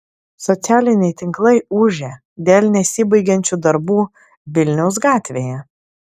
socialiniai tinklai ūžia dėl nesibaigiančių darbų vilniaus gatvėje